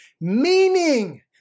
meaning